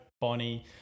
Bonnie